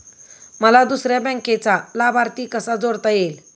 मला दुसऱ्या बँकेचा लाभार्थी कसा जोडता येईल?